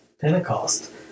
Pentecost